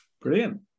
Brilliant